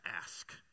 ask